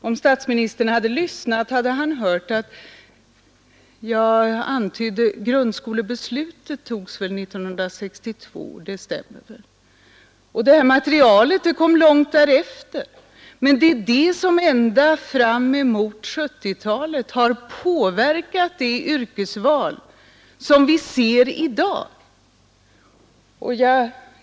Om statsministern hade lyssnat hade han hört att jag sade att grundskolebeslutet fattades 1962, att det här materialet kom långt därefter men att det är det som ända fram mot 1970-talet påverkat det yrkesval som vi ser resultatet av i dag.